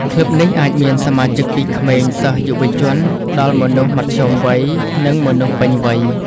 ក្លឹបនេះអាចមានសមាជិកពីក្មេងសិស្ស យុវជន ដល់មនុស្សមធ្យមវ័យ និងមនុស្សពេញវ័យ